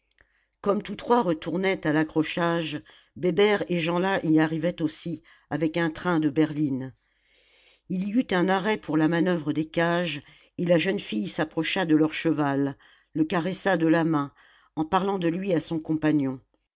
comme tous trois retournaient à l'accrochage bébert et jeanlin y arrivaient aussi avec un train de berlines il y eut un arrêt pour la manoeuvre des cages et la jeune fille s'approcha de leur cheval le caressa de la main en parlant de lui à son compagnon